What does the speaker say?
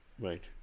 right